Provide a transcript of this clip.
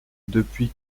depuis